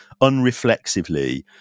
unreflexively